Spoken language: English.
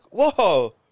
whoa